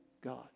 God